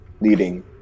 leading